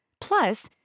Plus